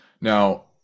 now